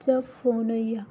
जां फोन होई गेआ